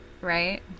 Right